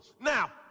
now